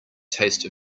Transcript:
taste